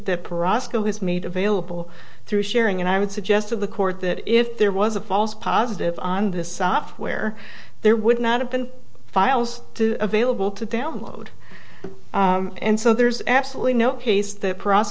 that perasso has made available through sharing and i would suggest of the court that if there was a false positive on this software there would not have been files available to download and so there's absolutely no case that pr